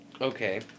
Okay